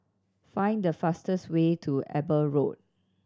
find the fastest way to Eber Road